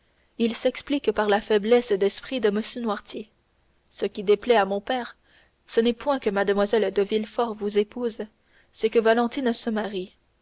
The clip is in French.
il s'explique par la faiblesse d'esprit de m noirtier ce qui déplaît à mon père ce n'est point que mlle de villefort vous épouse c'est que valentine se marie